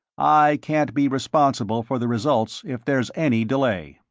i can't be responsible for the results if there's any delay,